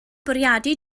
bwriadu